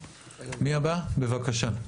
פרץ, בבקשה.